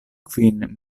kvin